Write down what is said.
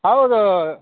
ಹೌದು